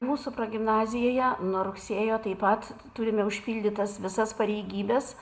mūsų progimnazijoje nuo rugsėjo taip pat turime užpildytas visas pareigybes